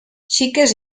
xiques